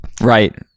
Right